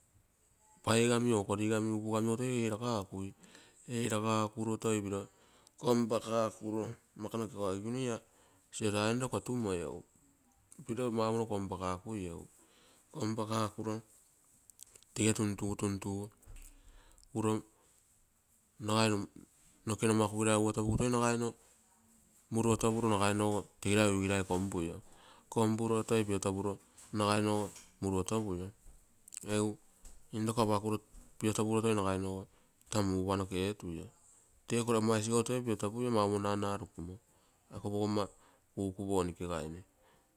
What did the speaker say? Paigami or korigami, upugami ogo toi eragakui. eragakuro toi piro konpakakuro mma ako noke pai aguguine ia siotainolo kotu moi, piro maumoro kompakakuio egu, kompakakuro tege tuntugu, tuntugu uro nagai egu noke numakugirai uotopugu toi nagai uro, muruotopuro nagai nogo tegirai uigirai kompuio, kompuro toi piotopuro nagainogo muruotopui. Egu intoko apakuro piotopuro toi nagainogo taa mugupa noke etuio. Teo koro ama isiou toi piotopuio, nana rukumo ako pogomma kuku ponikegaine.